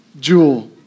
jewel